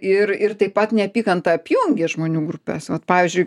ir ir taip pat neapykanta apjungė žmonių grupes vat pavyzdžiui